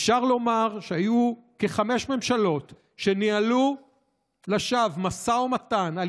אפשר לומר שהיו כחמש ממשלות שניהלו לשווא משא ומתן על